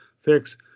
fix